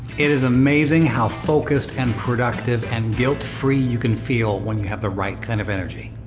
it is amazing how focused and productive and guilt free you can feel, when you have the right kind of energy.